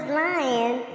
lying